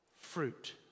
fruit